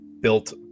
built